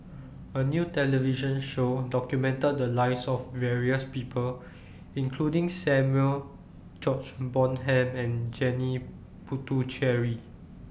A New television Show documented The Lives of various People including Samuel George Bonham and Janil Puthucheary